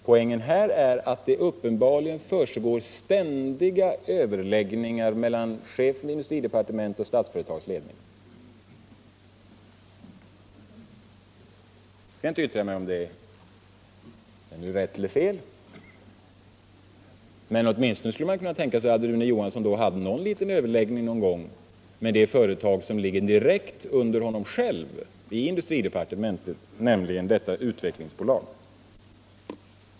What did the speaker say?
Poängen här är att det uppenbarligen försiggår ständiga överläggningar mellan chefen för industridepartementet och Statsföretags ledning. Jag skall inte yttra mig om huruvida det är rätt eller fel. Men man skulle åtminstone kunna tänka sig att Rune Johansson någon gång hade en liten överläggning med det företag som ligger direkt under honom själv i industridepartementet, nämligen detta utvecklingsbolag.